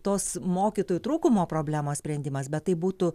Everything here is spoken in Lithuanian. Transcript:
tos mokytojų trūkumo problemos sprendimas bet tai būtų